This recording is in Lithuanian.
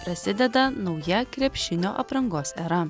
prasideda nauja krepšinio aprangos era